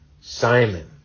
Simon